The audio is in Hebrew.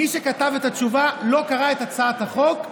מי שכתב את התשובה לא קרא את הצעת החוק.